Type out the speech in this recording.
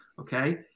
okay